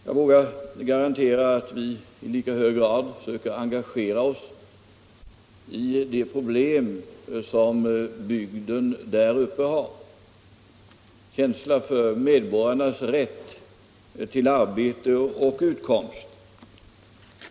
Jag vågar garantera att vi i lika hög grad söker engagera oss i de problem som bygden där uppe har, att vi har lika stor känsla för medborgarnas rätt till arbete och utkomst.